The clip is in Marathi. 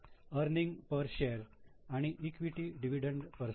अर्निंग पर शेअर आणि इक्विटी डिव्हिडंड पर्सेंट